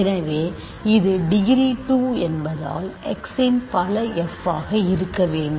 எனவே இது டிகிரி 2 என்பதால் x இன் பல f ஆக இருக்க வேண்டும்